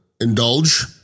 indulge